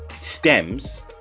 stems